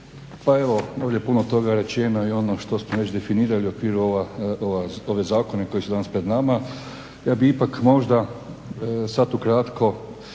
Pa evo ovdje je puno toga rečeno i ono što smo već definirali u okviru, ove zakone koji su danas pred nama, ja bih ipak možda sad ukratko